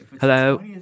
Hello